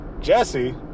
Jesse